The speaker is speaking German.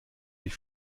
wie